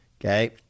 okay